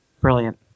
brilliant